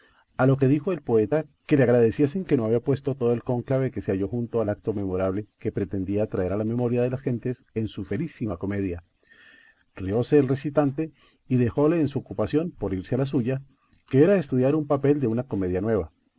a lo que dijo el poeta que le agradeciesen que no había puesto todo el cónclave que se halló junto al acto memorable que pretendía traer a la memoria de las gentes en su felicísima comedia rióse el recitante y dejóle en su ocupación por irse a la suya que era estudiar un papel de una comedia nueva